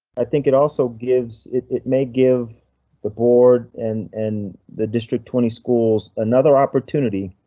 i think it also gives it. it may give the board and and the district twenty schools another opportunity.